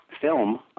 film